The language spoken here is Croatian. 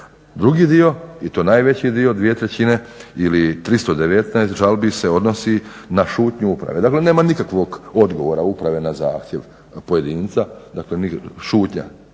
Drugi dio i to najveći dio 2/3 ili 319 žalbi se odnosi na šutnju uprave. Dakle nema nikakvog odgovora uprave na zahtjev pojedinca, dakle šutnja.